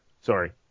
Sorry